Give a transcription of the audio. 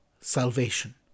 salvation